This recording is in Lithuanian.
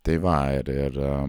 tai va ir ir